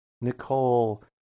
Nicole